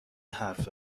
حرف